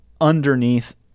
underneath